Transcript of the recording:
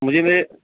मुझे मेरे